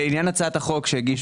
לעניין הצעת החוק שהגיש